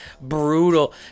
brutal